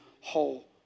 whole